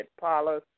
Paula